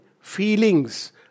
feelings